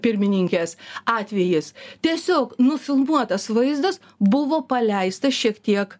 pirmininkės atvejis tiesiog nufilmuotas vaizdas buvo paleistas šiek tiek